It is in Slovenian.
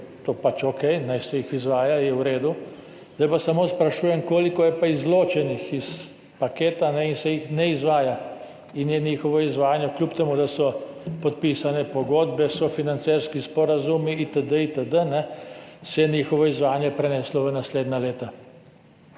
je pač okej, naj se jih izvaja, je v redu, zdaj pa samo sprašujem, koliko je pa izločenih iz paketa in se jih ne izvaja in se je njihovo izvajanje, kljub temu da so podpisane pogodbe, sofinancerski sporazumi itd. itd., preneslo v naslednja leta.